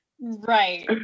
Right